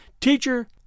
teacher